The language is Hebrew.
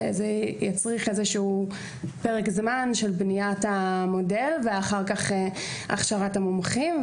זה יצריך איזשהו פרק זמן של בניית המודל ואחר כך הכשרת המומחים,